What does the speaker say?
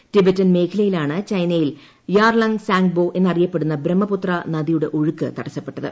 Tibetan മേഖലയിലാണ് ചൈനയിൽ Yarlung Tsangpo എന്നറിയപ്പെടുന്ന ബ്രഹ്മപുത്ര നദിയുടെ ഒഴുക്ക് തടസ്സപ്പെട്ടത്